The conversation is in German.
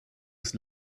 ist